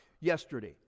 yesterday